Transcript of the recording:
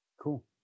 Cool